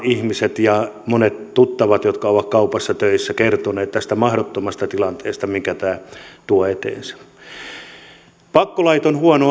ihmiset ja monet tuttavat jotka ovat kaupassa töissä kertoneet tästä mahdottomasta tilanteesta minkä tämä tuo eteen pakkolait ovat huono